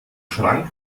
schrank